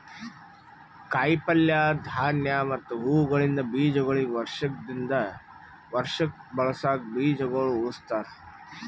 ಕಾಯಿ ಪಲ್ಯ, ಧಾನ್ಯ ಮತ್ತ ಹೂವುಗೊಳಿಂದ್ ಬೀಜಗೊಳಿಗ್ ವರ್ಷ ದಿಂದ್ ವರ್ಷಕ್ ಬಳಸುಕ್ ಬೀಜಗೊಳ್ ಉಳುಸ್ತಾರ್